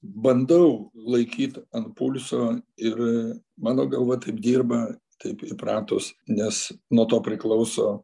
bandau laikyt ant pulso ir mano galva taip dirba taip įpratus nes nuo to priklauso